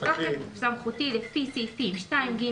" בתוקף סמכותי לפי סעיפים 2(ג),